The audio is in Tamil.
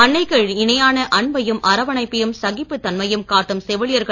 அன்னைக்கு இணையான அன்பையும் அரவணைப்பையும் சகிப்புத் தன்மையையும் காட்டும் செவிலியர்கள்